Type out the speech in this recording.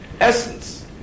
essence